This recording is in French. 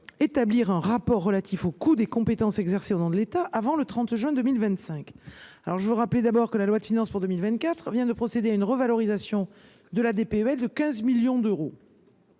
prévoir un rapport relatif au coût des compétences exercées au nom de l’État avant le 30 juin 2025. Je rappelle tout d’abord que la loi de finances pour 2024 vient de procéder à une revalorisation de la DPEL de 15 millions d’euros.